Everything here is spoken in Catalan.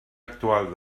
actual